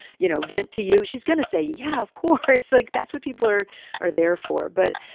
you know, vent to you? she's gonna say, yeah, of course. like, that's what people are are there for. but,